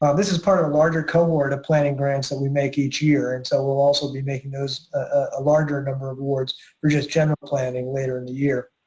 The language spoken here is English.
this is part of a larger co-award of planning grants that we make each year, and so we'll also be making those, a large number of awards for just general planning later in the year.